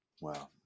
wow